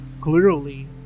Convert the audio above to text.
clearly